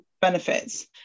benefits